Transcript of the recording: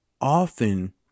often